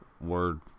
word